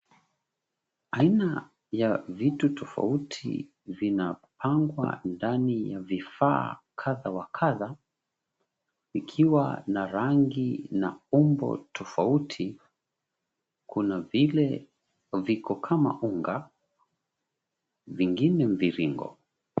Aina ya vitu tofauti vinapangwa ndani ya vifaa kadha wa kadha, vikiwa na rangi na umbo tofauti. Kuna vile viko kama unga, vingine mviringo.